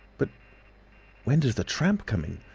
but when does the tramp come in?